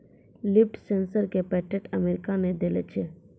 Leaf sensor क patent America ने देलें छै?